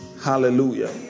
Hallelujah